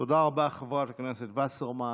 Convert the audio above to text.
תודה רבה, חברת הכנסת וסרמן.